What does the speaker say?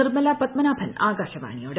നിർമ്മല പത്മനാഭൻ ആകാശവാണിയോട്